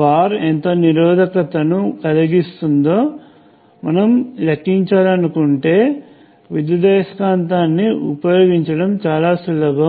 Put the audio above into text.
bar ఎంత నిరోధకతను కలిగిస్తుందో మనం లెక్కించాలనుకుంటే విద్యుదయస్కాంతాన్నిఉపయోగించటం చాలా సులభం